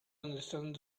understand